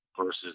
versus